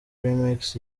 remix